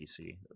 PC